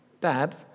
Dad